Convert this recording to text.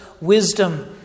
wisdom